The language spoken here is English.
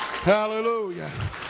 Hallelujah